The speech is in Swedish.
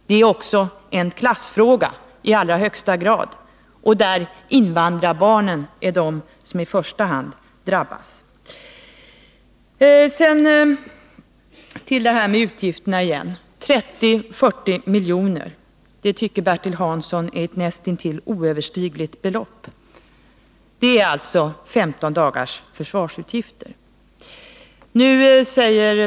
Det är i allra högsta grad en klassfråga, där invandrarbarnen är de som drabbas i första hand. 30-40 miljoner i utgifter tycker Bertil Hansson är ett nästintill oöverstigligt belopp. Det är 15 dagars försvarsutgifter.